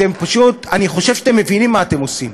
אני חושב שאתם מבינים מה אתם עושים: